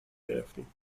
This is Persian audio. گرفتیم